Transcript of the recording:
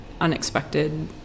unexpected